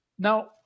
Now